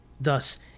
Thus